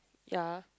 ya